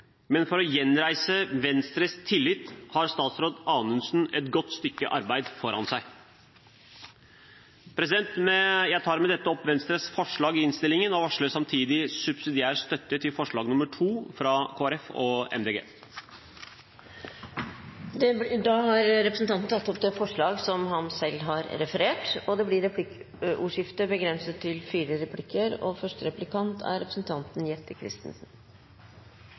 men for å gjenreise Venstres tillit har statsråd Anundsen et godt stykke arbeid foran seg. Jeg tar med dette opp Venstres forslag i innstillingen, og varsler samtidig subsidiær støtte til forslag nr. 2, fra Kristelig Folkeparti og Miljøpartiet De Grønne. Representanten Abid Q. Raja har tatt opp det forslaget som han refererte til. Det blir replikkordskifte.